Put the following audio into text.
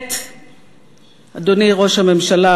אדוני ראש הממשלה,